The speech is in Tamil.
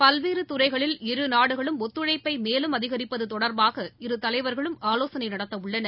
பல்வேறுதுறைகளில் இருநாடுகளும் ஒத்துழைப்பைமேலும் அதிகரிப்பதுதொடர்பாக இரு தலைவர்களும் ஆலோசனைநடத்தவுள்ளனர்